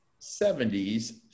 70s